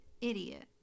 idiot